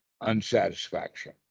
unsatisfaction